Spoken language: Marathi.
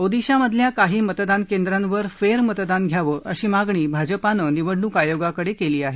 ओदिशामधल्या काही मतदानकेंद्रावर फेरमतदान घ्यावं अशी मागणी भाजपानं निवडणूक आयोगाकडे केली आहे